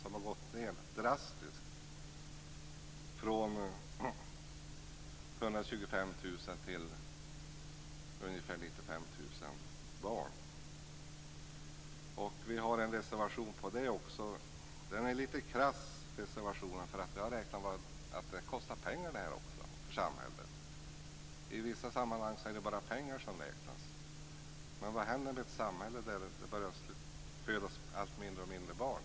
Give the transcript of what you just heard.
Det har gått ned drastiskt från 125 000 till ungefär 95 000 Vi har en reservation på det området också. Den reservationen är litet krass, för vi har räknat med att det här kostar pengar för samhället. I vissa sammanhang är det bara pengar som räknas. Men vad händer med ett samhälle där det föds allt färre barn?